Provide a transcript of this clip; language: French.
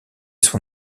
son